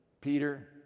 Peter